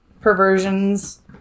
perversions